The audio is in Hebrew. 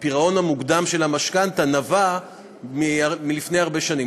הפירעון המוקדם של המשכנתה נבע מלפני הרבה שנים.